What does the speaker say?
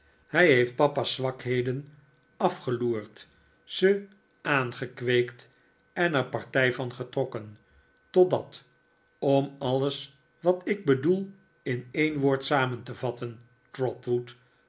hij heeft papa's zwakheden afgeloerd ze aangekweekt en er partij van getrokken totdat om alles wat ik bedoel in een woord samen te vatten